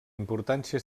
importància